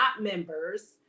members